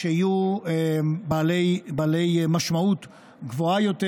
שיהיו בעלי משמעות גבוהה יותר,